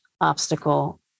obstacle